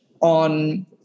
on